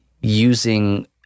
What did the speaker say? using